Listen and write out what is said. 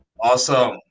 awesome